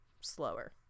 slower